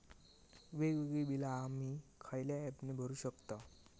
वेगवेगळी बिला आम्ही खयल्या ऍपने भरू शकताव?